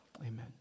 Amen